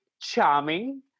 charming